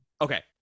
okay